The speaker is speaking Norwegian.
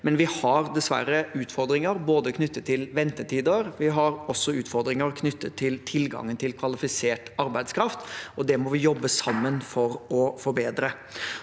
men vi har dessverre utfordringer knyttet til både ventetider og tilgangen til kvalifisert arbeidskraft. Det må vi jobbe sammen for å forbedre.